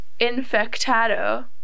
Infectado